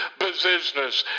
business